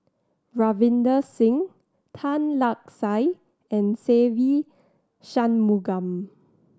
Ravinder Singh Tan Lark Sye and Se Ve Shanmugam